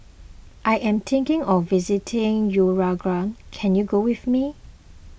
I am thinking of visiting Uruguay can you go with me